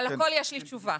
על הכול יש לי תשובה.